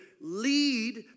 lead